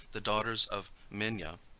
the daughters of minya,